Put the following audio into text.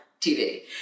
TV